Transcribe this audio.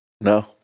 No